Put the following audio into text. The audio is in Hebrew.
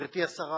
גברתי השרה,